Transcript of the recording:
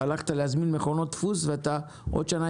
אתה הלכת להזמין מכונות דפוס ועוד שנה